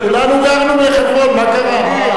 כולנו גרנו בחברון, מה קרה.